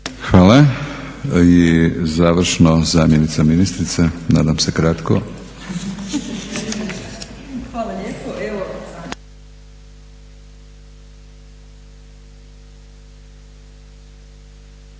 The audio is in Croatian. Hvala. Završno, zamjenica ministrice. Nadam se kratko.